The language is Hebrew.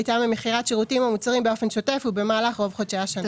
הייתה ממכירת שירותים או מוצרים באופן שוטף ובמהלך רוב חודשי השנה,